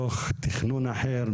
מתוך תכנון אחר,